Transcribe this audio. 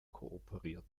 kooperiert